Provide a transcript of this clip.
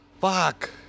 fuck